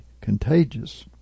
contagious